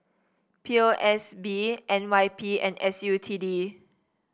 P O S B N Y P and S U T D